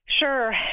Sure